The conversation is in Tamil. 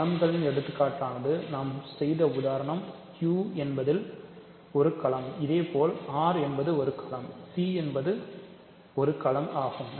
களம்களின் எடுத்துக்கட்டுகளானது நான் செய்த உதாரணம் Q என்பது ஒரு களம் இதேபோல் R என்பது ஒரு களம் C என்பது ஒரு களம் ஆகும்